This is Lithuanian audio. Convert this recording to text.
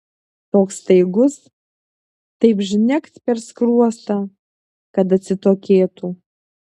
toks staigus taip žnekt per skruostą kad atsitokėtų